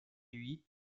huit